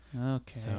Okay